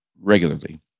regularly